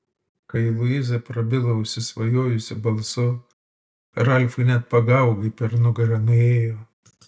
kai luiza prabilo užsisvajojusiu balsu ralfui net pagaugai per nugarą nuėjo